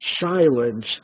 Silence